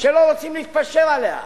שלא רוצים להתפשר עליה.